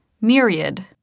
myriad